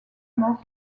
mort